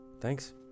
Thanks